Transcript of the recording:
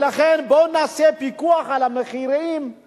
לכן, בואו נעשה פיקוח על המחירים של